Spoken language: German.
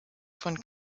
von